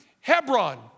Hebron